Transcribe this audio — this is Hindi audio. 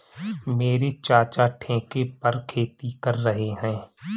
मेरे चाचा ठेके पर खेती कर रहे हैं